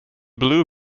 blue